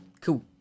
Cool